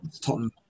Tottenham